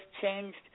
changed